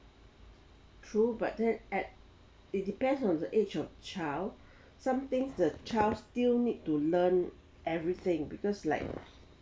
true but then at it depends on the age of child somethings the child still need to learn everything because like